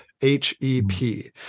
H-E-P